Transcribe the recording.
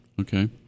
Okay